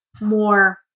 more